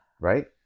right